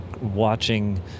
watching